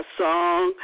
song